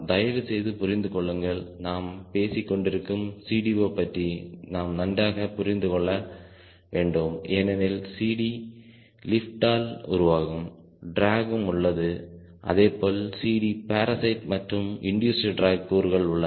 தயவுசெய்து புரிந்துகொள்ளுங்கள் நாம் பேசிக் கொண்டிருக்கும் CD0 பற்றி நாம் நன்றாக புரிந்துகொள்ள வேண்டும்ஏனெனில் CD லிப்ட் ஆல் உருவாகும் டிராக்ம் உள்ளது அதேபோல் CD பாரசைட் மற்றும் இண்டூஸ்ட் டிராக் கூறுகள் உள்ளன